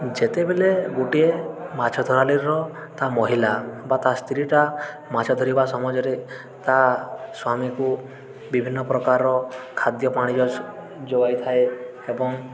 ଯେତେବେଳେ ଗୋଟିଏ ମାଛ ଧରାଳିର ତା ମହିଳା ବା ତା ସ୍ତ୍ରୀଟା ମାଛ ଧରିବା ସମାଜରେ ତା ସ୍ୱାମୀକୁ ବିଭିନ୍ନ ପ୍ରକାରର ଖାଦ୍ୟ ପାଣି ଯ ଯୋଗାଇଥାଏ ଏବଂ